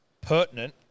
pertinent